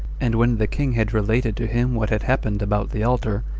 and when the king had related to him what had happened about the altar,